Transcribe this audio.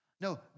No